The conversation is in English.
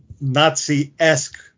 Nazi-esque